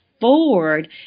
forward